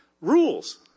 Rules